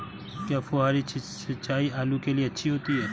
क्या फुहारी सिंचाई आलू के लिए अच्छी होती है?